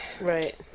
Right